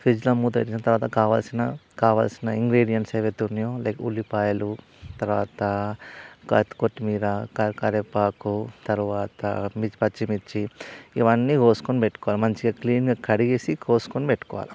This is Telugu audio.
ఫ్రిడ్జ్లో మూతపెట్టిన తరువాత కావాలసిన కావలసిన ఇంగ్రీడియంట్స్ ఏవైతే ఉన్నాయో లైక్ ఉల్లిపాయలు తరువాత కొత్తిమీర కరివేపాకు తరువాత పచ్చి మిర్చి ఇవన్నీ కోసుకొని పెట్టుకోవాలి మంచిగా క్లీన్గా కడిగేసి కోసుకొని పెట్టుకోవాలి